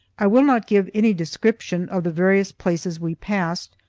i will not give any description of the various places we passed,